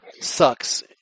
sucks